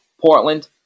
Portland